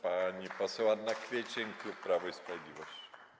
Pani poseł Anna Kwiecień, klub Prawo i Sprawiedliwość.